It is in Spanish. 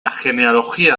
genealogía